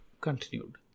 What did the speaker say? continued